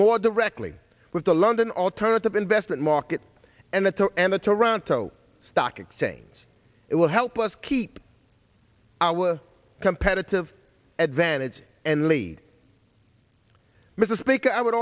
more directly with the london alternative investment market and at the end the toronto stock exchange it will help us keep our competitive advantage and lead mr speaker i would